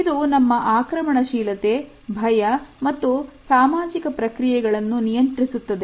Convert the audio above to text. ಇದು ನಮ್ಮ ಆಕ್ರಮಣಶೀಲತೆ ಭಯ ಮತ್ತು ಸಾಮಾಜಿಕ ಪ್ರಕ್ರಿಯೆಗಳನ್ನು ನಿಯಂತ್ರಿಸುತ್ತದೆ